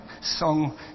song